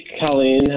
Colleen